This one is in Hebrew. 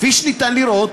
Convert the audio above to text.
כפי שאפשר לראות,